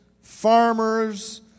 farmers